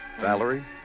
Valerie